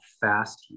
fast